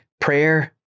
prayer